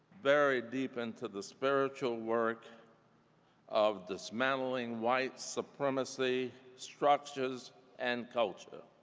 very deep into the spiritual work of dismantling white supremacy structures and culture.